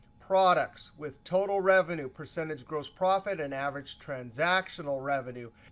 products with total revenue, percentage gross profit, and average transactional revenue.